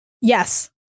Yes